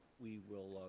we will